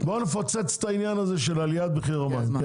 בוא נפוצץ את העניין הזה של עליית מחירי המים.